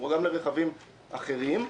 הוא גם לרכבים אחרים,